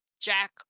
jack